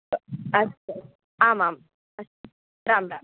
अस्तु अस्तु आमाम् अस्तु रां राम्